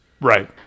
Right